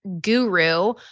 guru